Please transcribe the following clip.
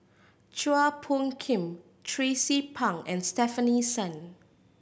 Chua Phung Kim Tracie Pang and Stefanie Sun